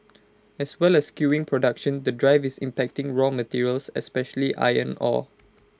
as well as skewing production the drive is impacting raw materials especially iron ore